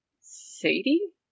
Sadie